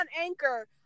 Anchor